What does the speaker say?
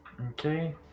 Okay